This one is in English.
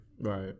Right